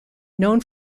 known